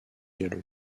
gallo